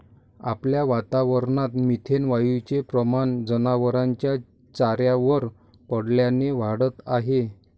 आपल्या वातावरणात मिथेन वायूचे प्रमाण जनावरांच्या चाऱ्यावर पडल्याने वाढत आहे